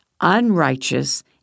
unrighteous